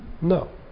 no